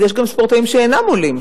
אז יש גם ספורטאים שאינם עולים,